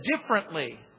differently